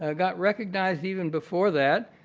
ah got recognized even before that.